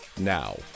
Now